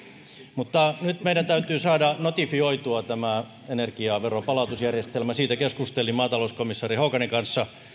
mutta nyt meidän täytyy saada notifioitua energiaveronpalautusjärjestelmä siitä keskustelin maatalouskomissaari hoganin kanssa